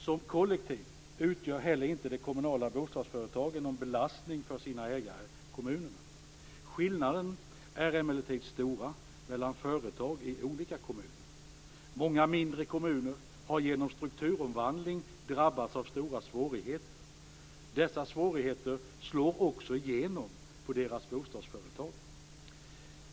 Som kollektiv utgör inte heller de kommunala bostadsföretagen någon belastning för sina ägare kommunerna. Skillnaderna är emellertid stora mellan företag i olika kommuner. Många mindre kommuner har genom strukturomvandlingen drabbats av stora svårigheter. Dessa svårigheter slår också igenom på deras bostadsföretag.